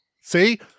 See